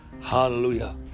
Hallelujah